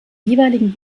jeweiligen